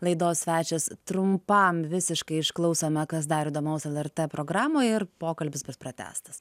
laidos svečias trumpam visiškai išklausome kas dar įdomaus lrt programoje ir pokalbis bus pratęstas